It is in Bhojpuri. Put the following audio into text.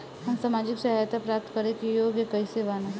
हम सामाजिक सहायता प्राप्त करे के योग्य कइसे बनब?